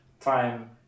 time